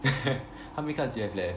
how many cups do you have left